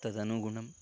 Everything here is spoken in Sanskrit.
तदनुगुणं